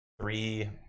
three